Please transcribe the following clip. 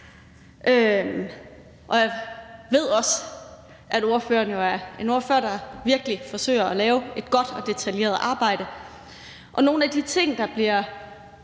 Og jeg ved også, at ordføreren jo er en ordfører, der virkelig forsøger at lave et godt og detaljeret arbejde, og nogle af de ting, der bliver